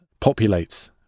Populates